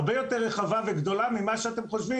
הרבה יותר רחבה וגדולה ממה שאתם חושבים,